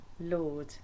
Lord